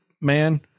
man